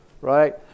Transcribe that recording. right